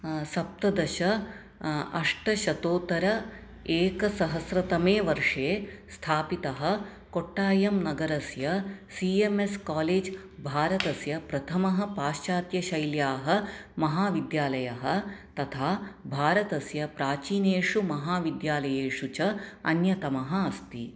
सप्ततदश अष्टशतोत्तर एकसहस्रतमे वर्षे स्थापितः कोट्टायं नगरस्य सी एम् एस् कालेज् भारतस्य प्रथमः पाश्चात्यशैल्याः महाविद्यालयः तथा भारतस्य प्राचीनेषु महाविद्यालयेषु च अन्यतमः अस्ति